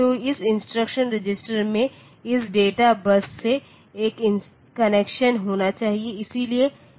तो इस instruction register में इस डेटा बस से एक कनेक्शन होना चाहिए